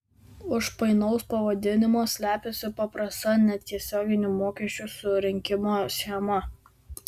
už painaus pavadinimo slepiasi paprasta netiesioginių mokesčių surinkimo schema